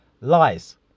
Lies